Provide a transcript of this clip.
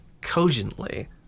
cogently